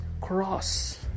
cross